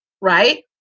right